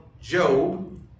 Job